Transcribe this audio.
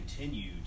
continued